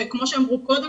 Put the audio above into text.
וכמו שאמרו קודם,